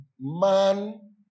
Man